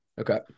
Okay